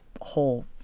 whole